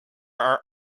are